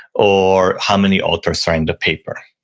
or how many authors are in the paper.